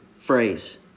phrase